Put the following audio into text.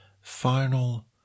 final